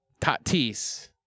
Tatis